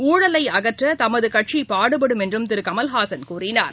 ஊழலைஅகற்றதமதுகட்சிபாடுபடும் என்றும் திருகமலஹாசன் கூறினார்